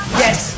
yes